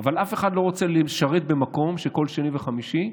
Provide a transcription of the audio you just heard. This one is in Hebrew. אבל אף אחד לא רוצה לשרת במקום שכל שני וחמישי,